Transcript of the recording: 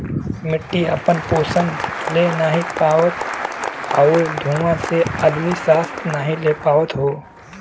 मट्टी आपन पोसन ले नाहीं पावत आउर धुँआ से आदमी सांस नाही ले पावत हौ